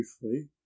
briefly